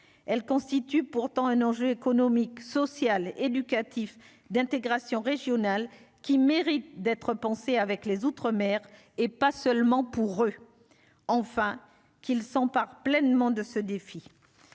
elle constitue pourtant un enjeu économique, social, éducatif d'intégration régionale qui mérite d'être repensé avec les outre-mer, et pas seulement pour eux, enfin, qu'ils s'emparent pleinement de ce défi